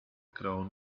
crown